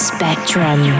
Spectrum